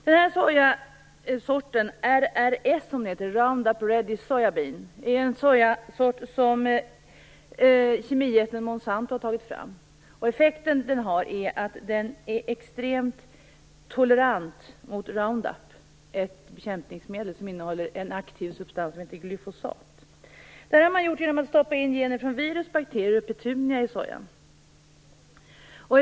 Den här sojasorten, RRS, Roundup Ready Soyabean, har tagits fram av kemijätten Monsanto. Sojan har den effekten att den är extremt tolerant mot Roundup, som är ett bekämpningsmedel som innehåller en aktiv substans som heter glyfosat. Det här har gjorts genom att gener från virus, bakterier och petunia har stoppats in i sojan.